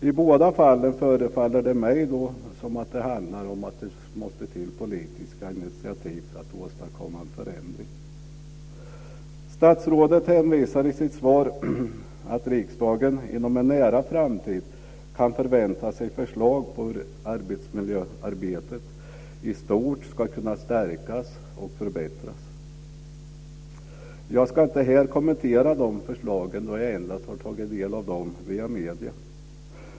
I båda fallen förefaller det mig som om det måste till politiska initiativ för att åstadkomma en förändring. Statsrådet hänvisar i sitt svar till att riksdagen inom en nära framtid kan förvänta sig förslag på hur arbetsmiljöarbetet i stort ska kunna stärkas och förbättras. Jag ska inte här kommentera de förslagen, då jag endast har tagit del av dem via medierna.